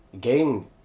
game